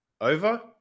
over